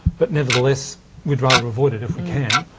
but, nevertheless, we'd rather avoid it if we can.